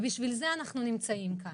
בשביל זה אנחנו נמצאים כאן.